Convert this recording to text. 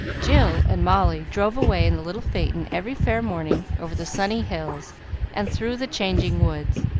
jill and molly drove away in the little phaeton every fair morning over the sunny hills and through the changing woods,